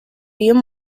you